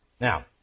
Now